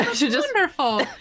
Wonderful